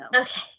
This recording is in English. Okay